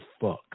fuck